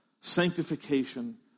sanctification